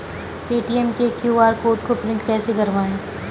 Paytm के QR code को print कैसे करवाएँ?